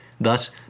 Thus